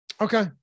Okay